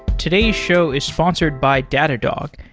today's show is sponsored by datadog,